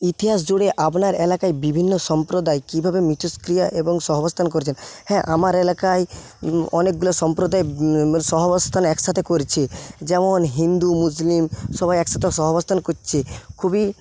ইতিহাস জুড়ে আপনার এলাকায় বিভিন্ন সম্প্রদায় কীভাবে মিথস্ক্রিয়া এবং সহাবস্থান করছে হ্যাঁ আমার এলাকায় অনেকগুলো সম্প্রদায় সহাবস্থান একসাথে করছে যেমন হিন্দু মুসলিম সবাই একসঙ্গে সহবস্থান করছে খুবই